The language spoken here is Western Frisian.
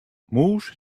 mûs